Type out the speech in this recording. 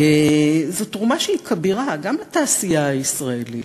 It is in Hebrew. זו תרומה שהיא כבירה, גם לתעשייה הישראלית,